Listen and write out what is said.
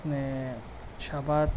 نے عشا بعد